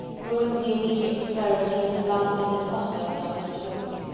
ruined the immediate prosperity and blasted the prospects of mr. wickham.